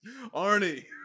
Arnie